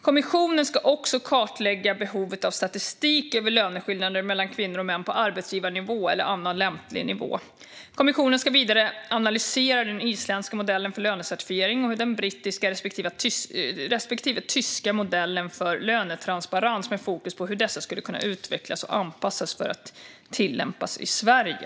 Kommissionen ska också kartlägga behovet av statistik över löneskillnader mellan kvinnor och män på arbetsgivarnivå eller annan lämplig nivå. Kommissionen ska vidare analysera den isländska modellen för lönecertifiering och den brittiska respektive tyska modellen för lönetransparens med fokus på hur dessa skulle kunna utvecklas och anpassas för att tillämpas i Sverige.